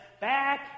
back